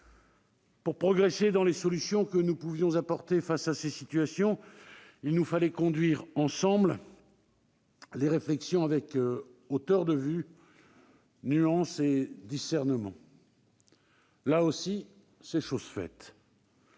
Pour adopter les meilleures solutions que nous puissions apporter face à ces situations, il nous fallait conduire les réflexions avec hauteur de vue, nuance et discernement. Là aussi, c'est chose faite.